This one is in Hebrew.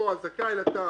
הזכאי לתו,